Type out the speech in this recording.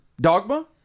Dogma